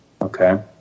Okay